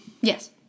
Yes